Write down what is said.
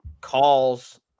calls